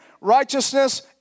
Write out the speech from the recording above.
righteousness